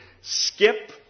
skip